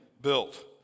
Built